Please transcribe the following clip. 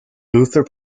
luther